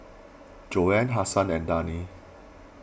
Joanne Hasan and Dani